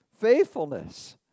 faithfulness